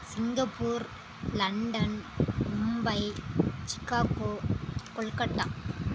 Singapore London Mumbai Chicago Kolkata